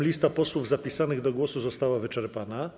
Lista posłów zapisanych do głosu została wyczerpana.